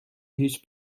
هیچ